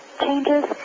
changes